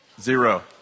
Zero